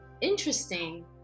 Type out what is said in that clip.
Interesting